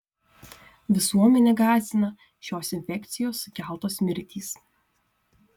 visuomenę gąsdina šios infekcijos sukeltos mirtys